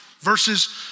versus